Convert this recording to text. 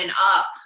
up